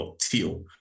teal